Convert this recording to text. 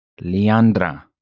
Leandra